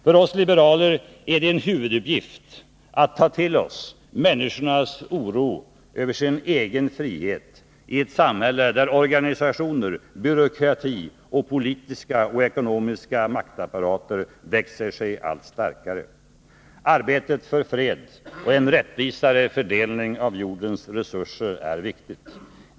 För oss liberaler är det en huvuduppgift att ta till oss människornas oro för sin egen frihet i ett samhälle där organisationer, byråkrati och politiska samt ekonomiska maktapparater växer sig allt starkare. Arbetet för fred och en rättvisare fördelning av jordens resurser är viktigt.